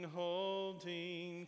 holding